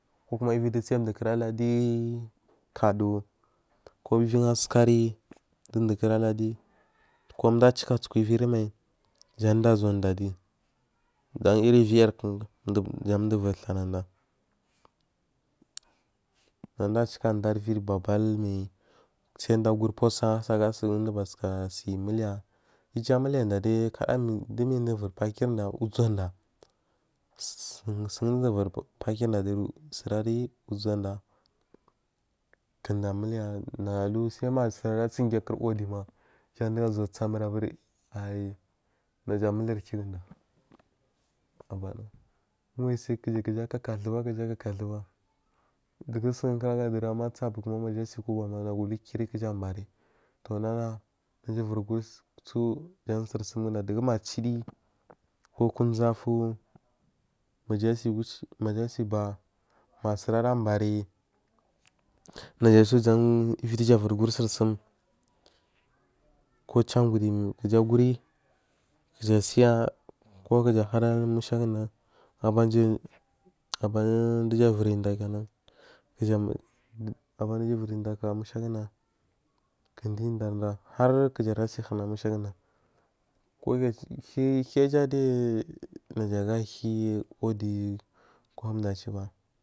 Kuwo kuma uviyi du tseya duwoku ra laduyi kaduwo ku uviyi asukari duwo duwo kura ladiyi kowo du a cika sukur uviri mai jan duwo uzuwa diyya adi jan iri uviyi ranku jan du uviri tanada nada a cikar da uviyi babal mai sai da aguri puwosuha, ahasu duda batukasi muliya iju amilija da diyyi tada dumindu da uviri pakirda sun dowuda uviri pakduri surari u zuwoda kuda a muliya nagu alu sai ma suri a tsi ge kur wudiyyi ma a jan dugu a zuwa samuri aburi ayi naja amu liyari ki guda abana uwayisu kija katuba ki ja katuba dugu san kura aga dowunama sapuku nasi kuba maja ula kiyyiri kija abari na, na a naja uviri guri su su jan suri sumguda dugu cidiyi kowo kunzafu majasi wuci maja asi ba a masurari ambari nasu jan uvirija guri suri sam ku cambudi gaja aguri gaja a tsaya ku kuja hanna musha guda abana dija uviri da kenan kija abana ja uviri da kaka musha guda kuwo diyya darida hari gaja ara si howona musha gudiyya kuga hiyyaja, de naja aga hiyyi wudiyi kowu towu a ciwu ba.